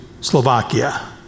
Slovakia